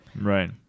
Right